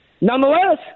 Nonetheless